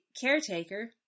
caretaker